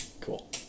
Cool